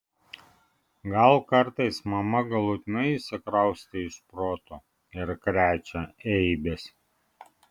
gal kartais mama galutinai išsikraustė iš proto ir krečia eibes